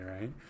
right